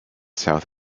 south